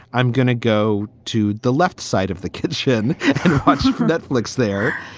i'm going to go to the left side of the kitchen that looks there.